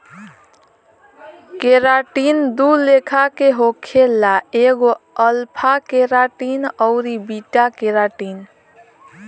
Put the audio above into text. keratin दू लेखा के होखेला एगो अल्फ़ा केराटिन अउरी बीटा केराटिन